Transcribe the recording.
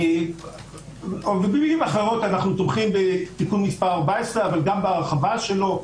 אנו תומכים בתיקון מס' 14, אך גם בהרחבתו.